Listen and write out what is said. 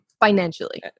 financially